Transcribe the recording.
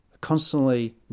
constantly